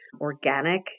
organic